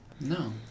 no